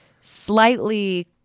slightly